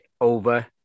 over